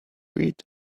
read